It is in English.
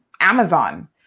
Amazon